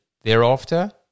thereafter